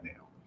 now